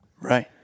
Right